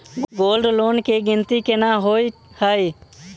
Gold loan केँ गिनती केना होइ हय?